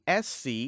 SC